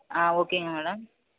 ஆ ஓகேங்க மேடம்